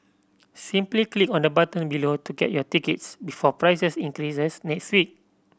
simply click on the button below to get your tickets before prices increase next week